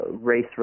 Race